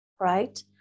right